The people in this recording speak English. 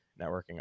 networking